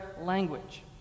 language